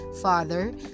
father